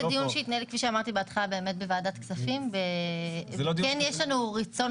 זה דיון שכמו שאמרתי בהתחלה התנהל בוועדת הכספים וכן יש לנו רצון